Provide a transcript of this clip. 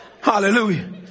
Hallelujah